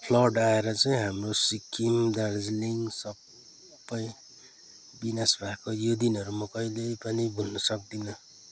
flood आएर चाहिँ हाम्रो सिक्किम दार्जिलिङ सबै बिनास भएको यो दिनहरू म कहिले पनि भुल्न सक्दिनँ